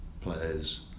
players